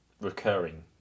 recurring